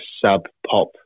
sub-pop